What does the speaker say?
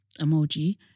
Emoji